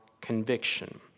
conviction